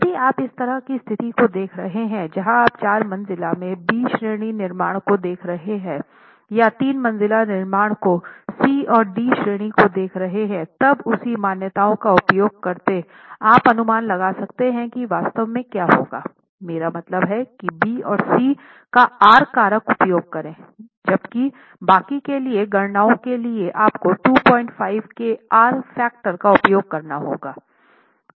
यदि आप इस तरह की स्थिति को देख रहे हैं जहां आप चार मंजिला में बी श्रेणी निर्माण को देख रहे हैं या 3 मंजिला निर्माण को सी और डी श्रेणी को देख रहे हैं तब उसी मान्यताओं का उपयोग करते आप अनुमान लगा सकते हैं कि वास्तव में क्या होगा मेरा मतलब है की बी और सी 2 का आर कारक उपयोग करेंगे जबकि बाकी के लिए गणनाओं के लिए आपको 25 के आर फैक्टर का उपयोग करना होगा